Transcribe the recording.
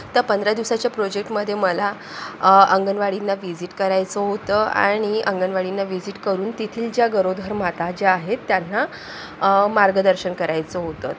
त्या पंधरा दिवसाच्या प्रोजेक्टमध्ये मला अंगणवाडीला व्हिजिट करायचं होतं आणि अंगणवाडीला व्हिजिट करून तेथील ज्या गरोदर माता ज्या आहेत त्यांना मार्गदर्शन करायचं होतं